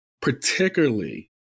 particularly